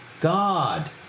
God